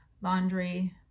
laundry